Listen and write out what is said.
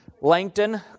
Langton